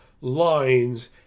lines